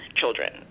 children